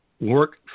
work